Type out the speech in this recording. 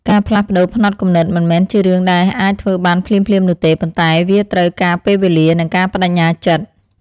ការផ្លាស់ប្តូរផ្នត់គំនិតមិនមែនជារឿងដែលអាចធ្វើបានភ្លាមៗនោះទេ ប៉ុន្តែវាត្រូវការពេលវេលានិងការប្តេជ្ញាចិត្ត។